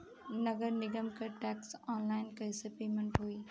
नगर निगम के टैक्स ऑनलाइन कईसे पेमेंट होई?